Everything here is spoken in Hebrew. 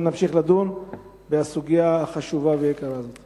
נמשיך לדון בסוגיה החשובה והיקרה הזאת.